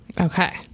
Okay